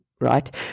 right